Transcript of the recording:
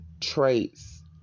traits